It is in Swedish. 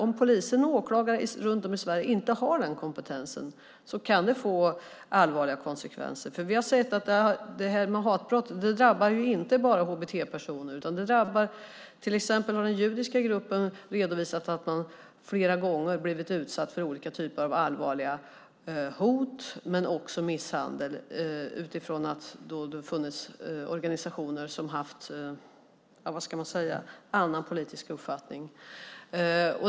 Om poliser och åklagare runt om i Sverige inte har den kompetensen kan det få allvarliga konsekvenser. Vi har sett att hatbrott inte bara drabbar HBT-personer. Till exempel har den judiska gruppen redovisat att man flera gånger blivit utsatt för olika typer av allvarliga hot men också misshandel utifrån att det funnits organisationer som har haft en annan politisk uppfattning.